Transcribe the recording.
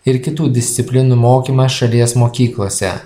ir kitų disciplinų mokymas šalies mokyklose